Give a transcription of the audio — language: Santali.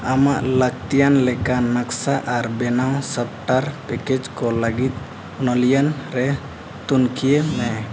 ᱟᱢᱟᱜ ᱞᱟᱹᱠᱛᱤᱭᱟᱱ ᱞᱮᱠᱟ ᱱᱚᱠᱥᱟ ᱟᱨ ᱵᱮᱱᱟᱣ ᱥᱚᱯᱴᱣᱟᱨ ᱯᱮᱠᱮᱡᱽ ᱠᱚ ᱞᱟᱜᱤᱫ ᱚᱱᱞᱟᱭᱤᱱ ᱨᱮ ᱛᱩᱱᱠᱷᱤ ᱢᱮ